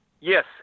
Yes